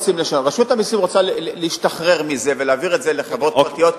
רשות המסים רוצה להשתחרר מזה ולהעביר את זה לחברות פרטיות,